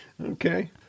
Okay